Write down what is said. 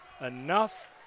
enough